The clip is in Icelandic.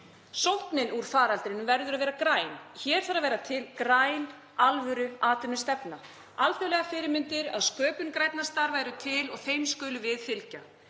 Sóknin úr faraldrinum verður að vera græn. Hér þarf að vera til græn alvöruatvinnustefna. Alþjóðlegar fyrirmyndir að sköpun grænna starfa eru til og þeim skulum við fylgja.